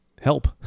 help